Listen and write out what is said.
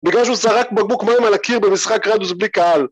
בגלל שהוא זרק בקבוק מים על הקיר במשחק רדיוס בלי קהל